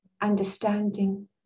understanding